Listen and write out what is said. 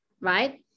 right